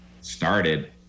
started